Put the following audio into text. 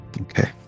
Okay